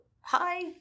hi